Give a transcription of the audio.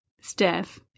Steph